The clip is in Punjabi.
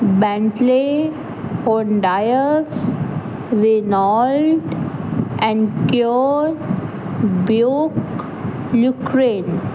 ਬੈਂਟਲੇ ਹੌਂਡਾਇਸ ਵਿਨੌਲਟ ਐਨਕਿਓਰ ਬਿਉਕ ਲੁਕਰੇਨ